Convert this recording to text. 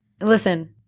listen